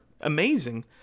amazing